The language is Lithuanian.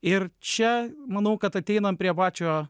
ir čia manau kad ateinam prie pačio